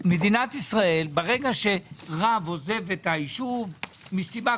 לא היה אף פעם מקרה של עובד במשרד